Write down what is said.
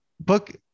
book